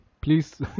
Please